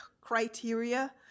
criteria